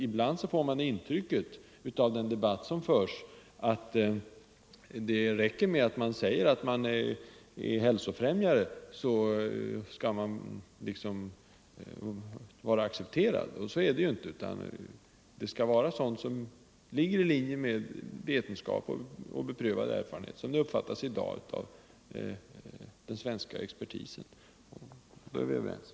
Ibland får man nämligen intrycket av den debatt som förs, att det räcker med att man förklarar att man är hälsofrämjare för att man skall accepteras. Så är det ju inte, utan behandlingsmetoderna skall ligga i linje med vetenskap och beprövad erfarenhet, som detta begrepp uppfattas i dag av den svenska expertisen. Då är vi överens.